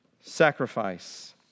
sacrifice